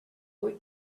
boy